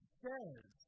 says